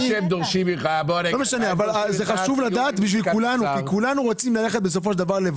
חשוב לדעת בשביל כולנו כי כולנו רוצים ללכת לבקר.